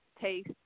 taste